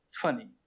funny